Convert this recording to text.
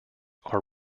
are